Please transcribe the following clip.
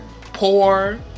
Poor